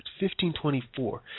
1524